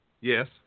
Yes